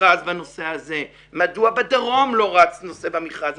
מכרז בנושא הזה, מדוע בדרום לא רץ מכרז בנושא הזה.